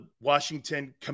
Washington